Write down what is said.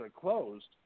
closed